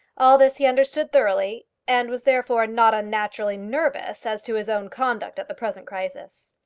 all this he understood thoroughly, and was therefore not unnaturally nervous as to his own conduct at the present crisis.